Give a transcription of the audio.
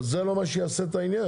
אבל זה לא מה שיעשה את העניין.